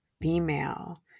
female